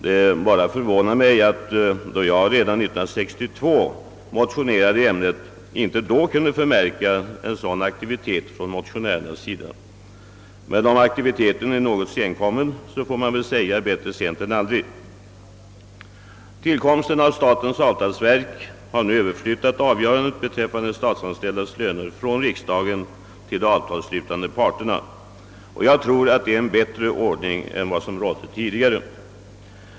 Det bara förvånar mig att det inte redan 1962, då jag motionerade i ämnet, kunde förmärkas någon sådan aktivitet från andra motionärers sida. Men även om denna aktivitet är något senkommen, får man väl nu säga bättre sent än aldrig. Tiilkomsten av statens avtalsverk har nu Ööverflyttat avgörandet beträffande de statsanställdas löner från riksdagen till de avtalsslutande parterna. Jag tror att det är en bättre ordning än den som rådde tidigare.